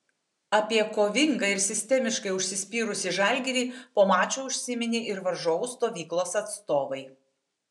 apie kovingą ir sistemiškai užsispyrusį žalgirį po mačo užsiminė ir varžovų stovyklos atstovai